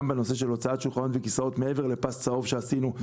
גם בנושא של הוצאת שולחנות וכיסאות מעבר לפס הצהוב שעשינו,